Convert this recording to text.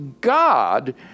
God